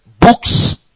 books